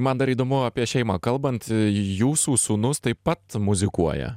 man dar įdomu apie šeimą kalbant jūsų sūnus taip pat muzikuoja